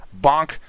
Bonk